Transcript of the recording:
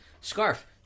Scarf